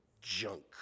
Junk